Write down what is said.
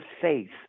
faith